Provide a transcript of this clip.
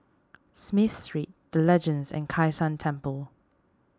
Smith Street the Legends and Kai San Temple